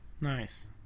nice